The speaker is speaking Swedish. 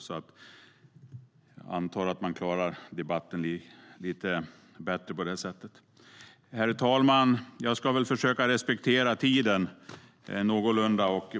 Jag antar att man klarar debatten lite bättre på det sättet. Herr talman! Jag ska försöka respektera talartiden någorlunda.